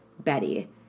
Betty